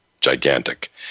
gigantic